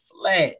flat